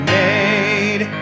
made